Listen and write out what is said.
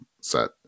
set